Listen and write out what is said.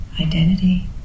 identity